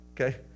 Okay